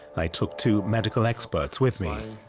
i took two medical experts with me.